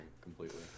completely